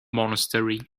monastery